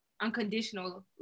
unconditional